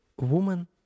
woman